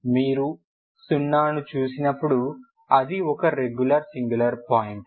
మీరు సున్నాను చూసినప్పుడు అది ఒక రెగ్యులర్ సింగులర్ పాయింట్